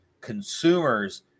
consumers